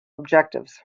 objectives